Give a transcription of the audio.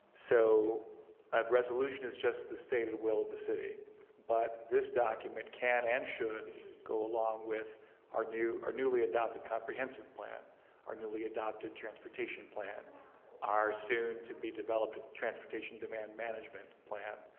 so resolution is just the stated will of the city but this document can and should go along with our new or newly adopted comprehensive plan our newly adopted transportation plan are soon to be developed transportation demand management plan.